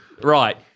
Right